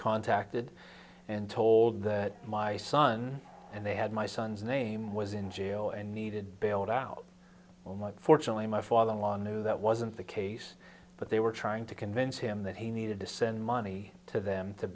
contacted and told that my son and they had my son's name was in jail and needed bailed out well mike fortunately my father in law knew that wasn't the case but they were trying to convince him that he needed to send money to them to